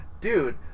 dude